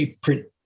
print